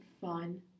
Fun